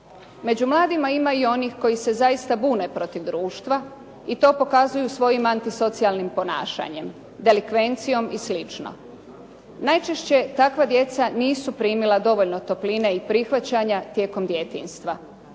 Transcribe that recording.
Među mladima ima i onih koji se zaista bune protiv društva i to pokazuju svojim antisocijalnim ponašanjem, delikvencijom i slično. Najčešće takva djeca nisu primila dovoljno topline i prihvaćanja tijekom djetinjstva.